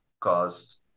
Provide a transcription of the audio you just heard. caused